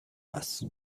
است